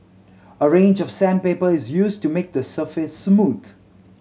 a range of sandpaper is used to make the surface smooth